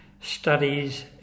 studies